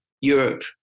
Europe